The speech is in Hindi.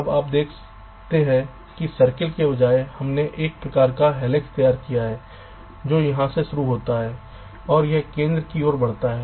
अब आप देखते हैं कि सर्कल के बजाय हमने एक प्रकार का हेलिक्स तैयार किया है जो यहाँ से शुरू होता है और यह केंद्र की ओर बढ़ता है